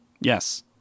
Yes